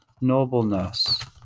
nobleness